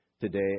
today